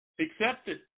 Accepted